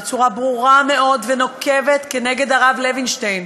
בצורה ברורה מאוד ונוקבת נגד הרב לוינשטיין,